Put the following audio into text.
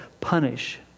punish